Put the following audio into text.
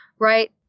right